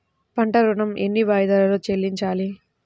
పంట ఋణం ఎన్ని వాయిదాలలో చెల్లించాలి?